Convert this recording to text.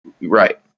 right